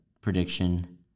prediction